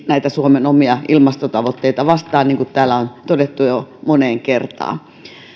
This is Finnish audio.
näitä suomen omia ilmastotavoitteita vastaan niin kuin täällä on todettu jo moneen kertaan